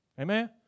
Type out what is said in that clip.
Amen